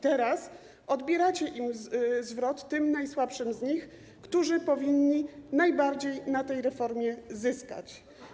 Teraz odbieracie im zwrot, tym najsłabszym z nich, którzy powinni najbardziej na tej reformie zyskać.